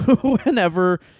whenever